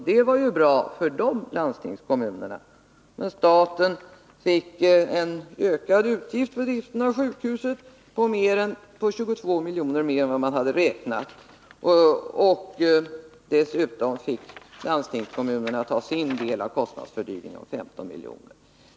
Det var ju bra för de landstingskommunerna, men staten fick en utgift för driften av sjukhuset på 22 milj.kr. mer än vad man hade räknat med. Dessutom fick landstingskommunerna ta sin del av kostnadsfördyringen med 15 milj.kr.